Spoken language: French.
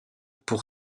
pour